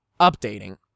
updating